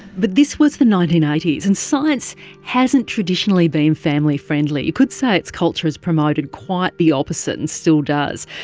but this was the nineteen eighty s, and science hasn't traditionally been family friendly, you could say its culture is promoted quite the opposite and still does.